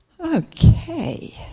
Okay